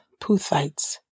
Puthites